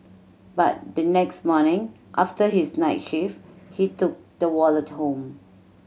but the next morning after his night shift he took the wallet home